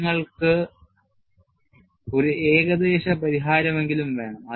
നമ്മൾക്കു ഒരു ഏകദേശ പരിഹാരമെങ്കിലും വേണം